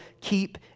keep